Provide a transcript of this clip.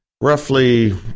Roughly